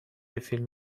فیلم